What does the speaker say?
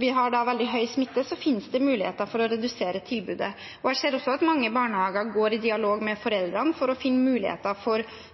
vi har veldig høy smitte, fins det muligheter for å redusere tilbudet. Jeg ser også at mange barnehager går i dialog med foreldrene for å finne muligheter for å kutte litt ned på tilbudet – det har jeg selv opplevd – for